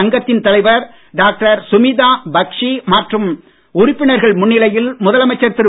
சங்கத்தின் தலைவர் டாக்டர் சுமிதா பக்ஷி மற்றும் உறுப்பினர்கள் முன்னிலையில் முதலமைச்சர் திரு